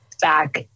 back